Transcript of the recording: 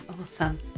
awesome